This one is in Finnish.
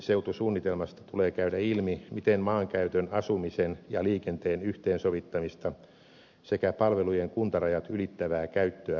kaupunkiseutusuunnitelmasta tulee käydä ilmi miten maankäytön asumisen ja liikenteen yhteensovittamista sekä palvelujen kuntarajat ylittävää käyttöä parannetaan